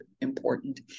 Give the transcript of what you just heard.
important